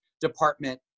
department